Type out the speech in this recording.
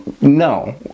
no